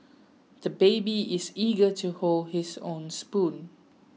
the baby is eager to hold his own spoon